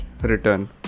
return